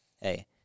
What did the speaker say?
hey